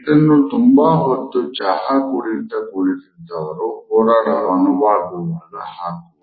ಇದನ್ನು ತುಂಬಾ ಹೊತ್ತು ಚಹಾ ಕುಡಿಯುತ್ತ ಕುಳಿತಿದ್ದವರು ಹೋರಾಡಲು ಅನುವಾಗುವಾಗ ಹಾಕುವ ಭಂಗಿ